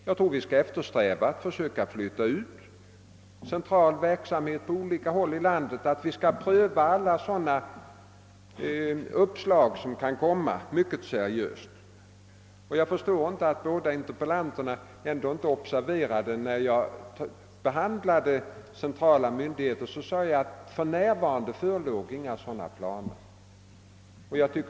Jag tror att vi bör eftersträva att försöka flytta ut central verksamhet på olika håll i landet. Vi skall alltså pröva alla sådana uppslag mycket seriöst. Jag förstår inte hur båda interpellanterna kunde undgå att observera vad jag yttrade om centrala myndigheter; jag sade att det för närvarande inte förelåg några sådana planer.